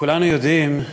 וכולנו יודעים,